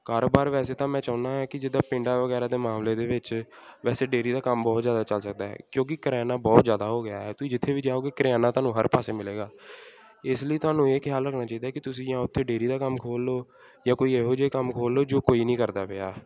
ਕਾਰੋਬਾਰ ਵੈਸੇ ਤਾਂ ਮੈਂ ਚਾਹੁੰਦਾ ਕਿ ਜਿੱਦਾਂ ਪਿੰਡਾਂ ਵਗੈਰਾ ਦੇ ਮਾਮਲੇ ਦੇ ਵਿੱਚ ਵੈਸੇ ਡੇਅਰੀ ਦਾ ਕੰਮ ਬਹੁਤ ਜ਼ਿਆਦਾ ਚੱਲ ਸਕਦਾ ਹੈ ਕਿਉਂਕਿ ਕਰਿਆਨਾ ਬਹੁਤ ਜ਼ਿਆਦਾ ਹੋ ਗਿਆ ਹੈ ਤੁਸੀਂ ਜਿੱਥੇ ਵੀ ਜਾਓਗੇ ਕਰਿਆਨਾ ਤੁਹਾਨੂੰ ਹਰ ਪਾਸੇ ਮਿਲੇਗਾ ਇਸ ਲਈ ਤੁਹਾਨੂੰ ਇਹ ਖਿਆਲ ਰੱਖਣਾ ਚਾਹੀਦਾ ਹੈ ਕਿ ਤੁਸੀਂ ਜਾਂ ਉੱਥੇ ਡੇਅਰੀ ਦਾ ਕੰਮ ਖੋਲ੍ਹ ਲਓ ਜਾਂ ਕੋਈ ਇਹੋ ਜਿਹੇ ਕੰਮ ਖੋਲ੍ਹ ਲਓ ਜੋ ਕੋਈ ਨਹੀਂ ਕਰਦਾ ਪਿਆ